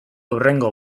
hurrengo